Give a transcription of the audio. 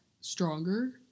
Stronger